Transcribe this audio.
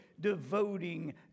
devoting